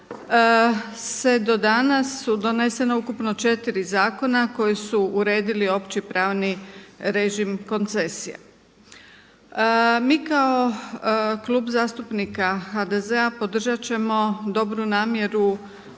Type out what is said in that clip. se do danas su donesena ukupno 4 zakona koji su uredili opći pravni režim koncesije. Mi kao Klub zastupnika HDZ-a podržat ćemo dobru namjeru